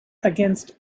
against